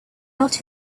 out